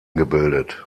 gebildet